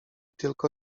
tylko